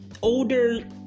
older